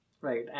Right